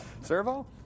Servo